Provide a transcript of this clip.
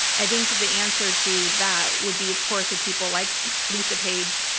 i think the answer to that would be of course with people like lisa page,